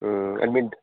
అంటే